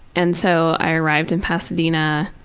and so i arrived in pasadena.